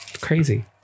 crazy